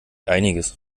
einiges